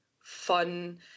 fun